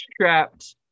trapped